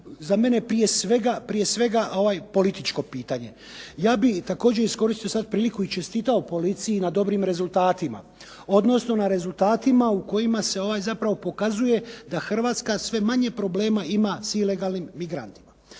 za mene prije svega političko pitanje. Ja bih sada iskoristio priliku i čestitao policiji na dobrim rezultatima, odnosno na rezultatima u kojima se zapravo pokazuje da Hrvatska sve manje ima problema sa ilegalnim migrantima.